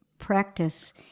practice